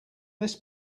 this